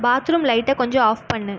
பாத் room லைட்டை கொஞ்சம் off பண்ணு